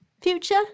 future